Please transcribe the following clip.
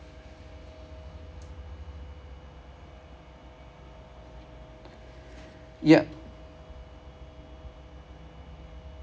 yup